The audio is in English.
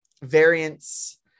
variants